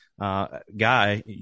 guy